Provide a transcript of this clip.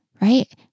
right